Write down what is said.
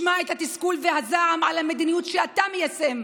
שמע את התסכול והזעם על המדיניות שאתה מיישם,